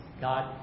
God